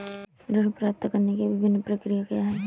ऋण प्राप्त करने की विभिन्न प्रक्रिया क्या हैं?